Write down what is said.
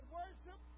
worship